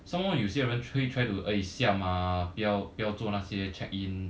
some more 有些人会 try to siam ah 不要不要做那些 check in